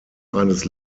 eines